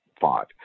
five